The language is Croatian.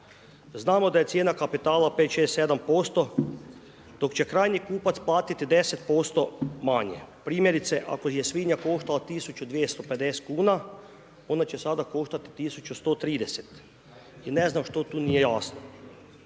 Znamo da je cijena kapitala, 5, 6, 7 posto dok će krajnji kupac platiti 10% manje, primjerice, ako je svinja koštala 1250 kn, onda će sada koštati 1130 i ne znam što tu nije jasno.